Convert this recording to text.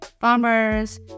Farmers